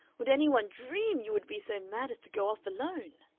would any one dream you would be so mad as to go off alone?